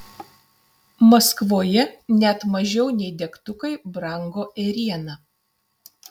maskvoje net mažiau nei degtukai brango ėriena